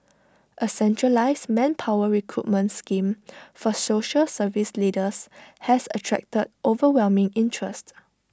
A centralised manpower recruitment scheme for social service leaders has attracted overwhelming interest